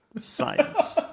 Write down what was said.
science